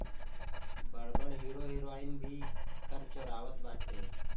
बड़ बड़ hero heroine भी कर चोरावत बाटे